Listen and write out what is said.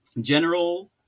general